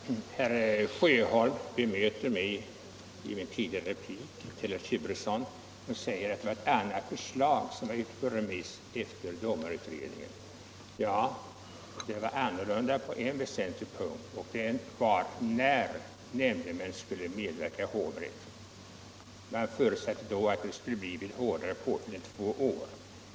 Herr talman! Herr Sjöholm bemöter en av mina tidigare repliker till herr Turesson och säger att det var ett annat förslag som var ute på remiss efter domarutredningen. Ja, det var annorlunda på en väsentlig punkt: när nämndemännen skulle medverka i hovrätt. Man talade då om att så skulle vara fallet vid hårdare påföljd än fängelse i två år.